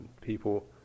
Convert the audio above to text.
people